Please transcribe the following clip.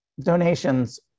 donations